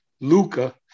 Luca